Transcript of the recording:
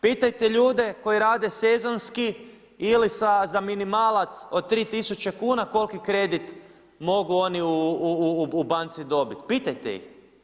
Pitajte ljude koji rade sezonski ili za minimalac od 3000 kuna koliki kredit mogu oni u banci dobiti, pitajte ih.